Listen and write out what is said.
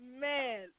Man